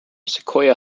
sequoia